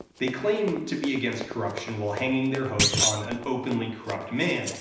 they claim to be against corruption while hanging their hopes on an openly corrupt man,